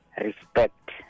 respect